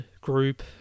group